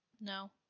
No